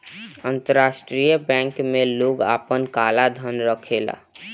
अंतरराष्ट्रीय बैंक में लोग आपन काला धन रखेला